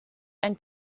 ein